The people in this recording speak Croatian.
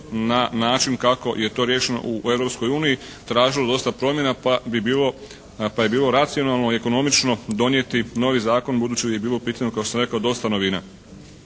na način kako je to riješeno u Europskoj uniji tražilo dosta promjena pa je bilo racionalno i ekonomično donijeti novi zakon budući da je bilo pitanje kao što sam rekao dosta novina.